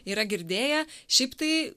yra girdėję šiaip tai